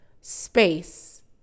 space